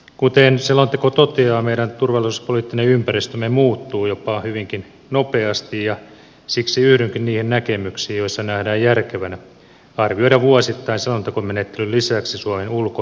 kuten selonteko toteaa meidän turvallisuuspoliittinen ympäristömme muuttuu jopa hyvinkin nopeasti ja siksi yhdynkin niihin näkemyksiin joissa nähdään järkevänä arvioida vuosittain selontekomenettelyn lisäksi suomen ulko ja turvallisuuspolitiikkaa